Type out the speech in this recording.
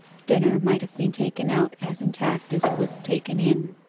dinner might have been taken out as intact as it was taken in.